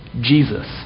Jesus